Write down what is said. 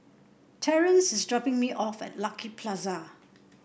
Terrence is dropping me off at Lucky Plaza